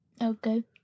Okay